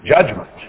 judgment